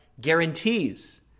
guarantees